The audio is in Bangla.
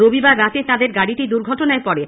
রবিবার রাতে তাদের গাড়িটি দুর্ঘটনায় পরে